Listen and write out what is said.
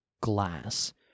glass